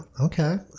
okay